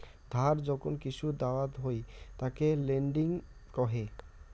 ধার যখন কিসু দাওয়াত হই তাকে লেন্ডিং কহে